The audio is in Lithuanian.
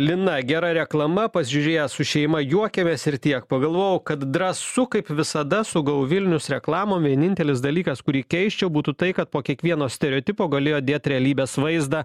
lina gera reklama pasižiūrėję su šeima juokėmės ir tiek pagalvojau kad drąsu kaip visada su go vilnius reklamom vienintelis dalykas kurį keisčiau būtų tai kad po kiekvieno stereotipo galėjo dėt realybės vaizdą